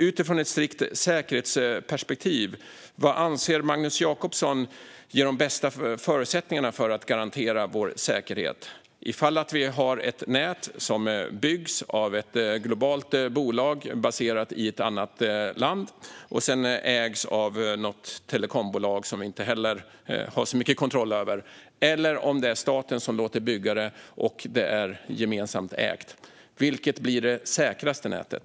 Utifrån ett strikt säkerhetsperspektiv - vad anser Magnus Jacobsson ger de bästa förutsättningarna för att garantera vår säkerhet? Ett nät som byggs av ett globalt bolag baserat i ett annat land och sedan ägs av något telekombolag som vi inte heller har så mycket kontroll över eller ett nät som staten låter bygga och som är gemensamt ägt - vilket blir det säkraste nätet?